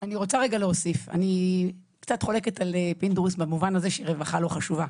אני קצת חולקת על פינדרוס במובן הזה שרווחה לא חשובה.